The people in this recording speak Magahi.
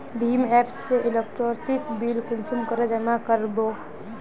भीम एप से इलेक्ट्रिसिटी बिल कुंसम करे जमा कर बो?